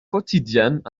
quotidiennes